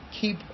keep